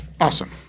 awesome